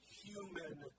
human